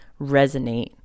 resonate